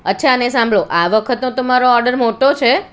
અચ્છા અને સાંભળો આ વખતનો તમારો ઓડર મોટો છે